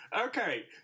okay